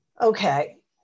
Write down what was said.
Okay